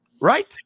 Right